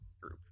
group